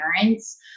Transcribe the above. parents